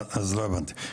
לא הבנתי.